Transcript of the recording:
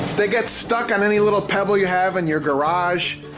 they get stuck on any little pebble you have in your garage.